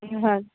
ਹਾਂਜ